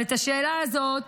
אבל את השאלה הזאת